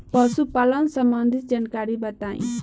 पशुपालन सबंधी जानकारी बताई?